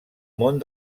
món